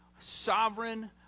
sovereign